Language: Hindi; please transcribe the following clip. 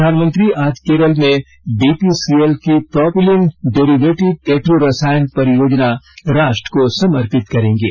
प्रधानमंत्री आज केरल में बीपीसीएल की प्रॉपीलीन डेरिवेटिव पेट्रो रसायन परियोजना राष्ट्र को समर्पित करेंगे